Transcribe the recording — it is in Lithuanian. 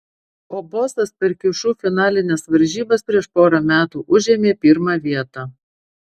o bosas per kiušiu finalines varžybas prieš porą metų užėmė pirmą vietą